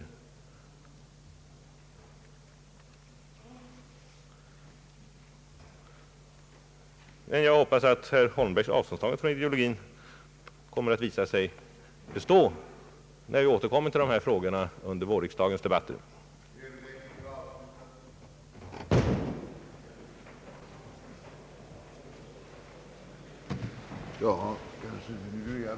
Jag hoppas emellertid att herr Holmbergs avståndstagande från det ideologiska kommer att bestå, när vi återkommer till dessa frågor under vårriksdagens debatter. sättning för riksdagsmannauppdragets fullgörande i enlighet med de riktlinjer, som angivits i motionerna, och med den utformning, som det finge ankomma på konstitutionsutskottet att utarbeta.